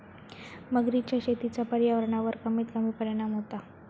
मगरीच्या शेतीचा पर्यावरणावर कमीत कमी परिणाम होता